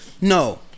No